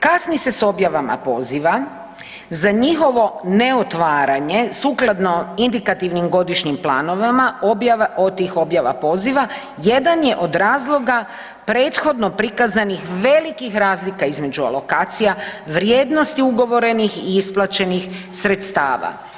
Kasni se s objavama poziva, za njihovo neotvaranje sukladno indikativnim godišnjim planovima od tih objava poziva jedan je od razlog prethodno prikazanih velikih razlika između alokacija, vrijednosti ugovorenih i isplaćenih sredstava.